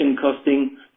costing